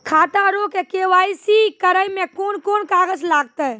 खाता रो के.वाइ.सी करै मे कोन कोन कागज लागतै?